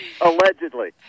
Allegedly